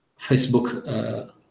Facebook